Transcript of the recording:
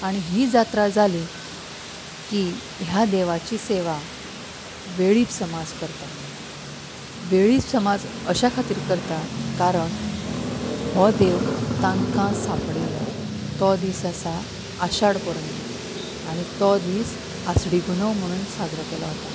आनी ही जात्रा जाली की ह्या देवाची सेवा वेळीप समाज करता वेळीप समाज अश्या खातीर करता कारण हो देव तांकां सांपडिल्लो तो दीस आसा आषाढ पुर्णिमा आनी तो दीस आशडीपुनव म्हूण साजरो केलो वता